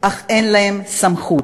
אך אין להם סמכות.